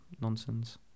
nonsense